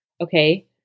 okay